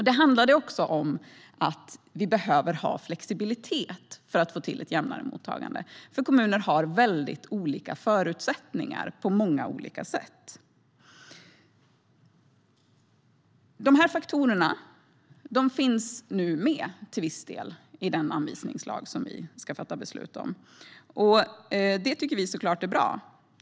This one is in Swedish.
Det handlade också om att vi behöver ha flexibilitet för att få till ett jämnare mottagande eftersom kommuner på många olika sätt har olika förutsättningar. De här faktorerna finns nu till viss del med i den anvisningslag som vi ska fatta beslut om. Det tycker vi såklart är bra.